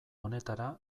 honetara